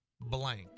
blank